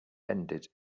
ended